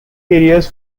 areas